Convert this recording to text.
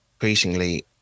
increasingly